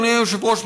אדוני היושב-ראש,